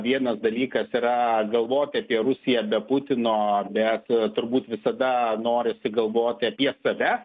vienas dalykas yra galvoti apie rusiją be putino bet turbūt visada norisi galvoti apie save